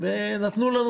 ונתנו לנו